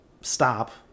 stop